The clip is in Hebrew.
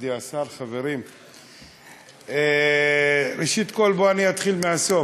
מכובדי השר, חברים, ראשית, אתחיל מהסוף.